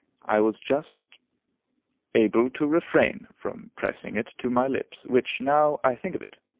i was just able to refrain from pressing it to my lips, which, now i think of it,